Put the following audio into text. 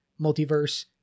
multiverse